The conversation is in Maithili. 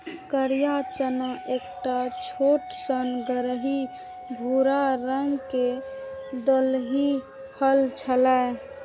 करिया चना एकटा छोट सन गहींर भूरा रंग के दलहनी फसल छियै